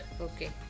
okay